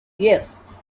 yes